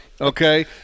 Okay